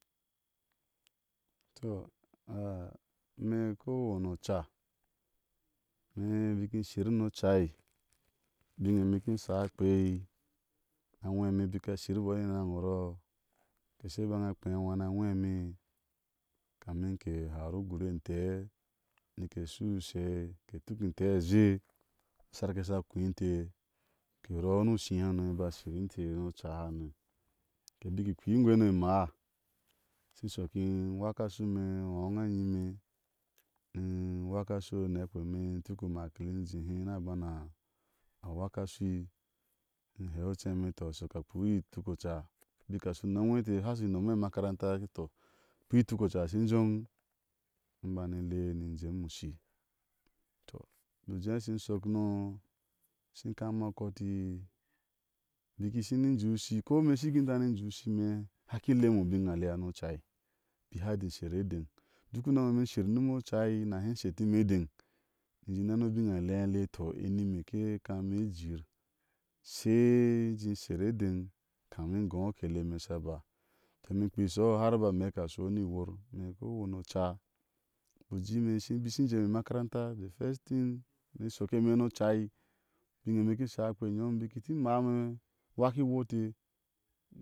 Tɔ ah, ime ko ani oca ime bik inshi ni ocai ubiŋe e ime ikin sha akpeai a nweme bik a shir ni enaŋo o rɔɔ ke she baŋa a kpea anwáá ni a nwɛ ime, kamin ni ke haru ugur entɛɛ, nike shui ushe, ke tuk intɛɛ azhie, na har keiye a sha koí inte, ke rɔɔ ni ushí hano, aba shir inte ni ocahano. ke bik ke kpeai igweno e máá iki shɔk in waka a shui ime, ni iɔ́nke a ayime, ni in waka ashui o nɛkpɛ ime tuk u maclean jehe ni a bana a, a waka ashui. ni hɛu u cɛi ime tɔ a shɔk a kpea i tukoca. abik a ashi namwe inte a haŋa ashu unome imakanta heti tɔ u kpea i tuk oca sin jóŋ ni ibani le ni jéme ushii. tɔ bik ujé ishi shɔk no ishi kama kɔti bik isini jéu u ushii ko ime inshi gi tani inju ushi ni hé ihaki i leme u bin a lea ni ocai bik hadi i sher edéŋ. duk unomeme ishir ni ocai ni in nahi shetimɛ edéŋ ni neni u bin alea i le tɔ ɛnime ke kami ni e ejiir she ijei sher edéŋ kamin ingó akreme a sha ba. iki kpea iehɔhɔ har a ba mɛk ashɔ ni. wor. tɔ koweni oca, bok u jé ime shi, in bik ishi jee ime karanta. the frist thing ni e shɔki ime ni ocai ubine ime i ki sha kpeai i nyom bik inte maame, in waka iworte